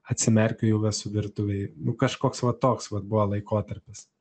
atsimerkiu jau esu virtuvėj nu kažkoks va toks vat buvo laikotarpis